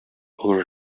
over